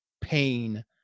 pain